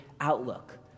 outlook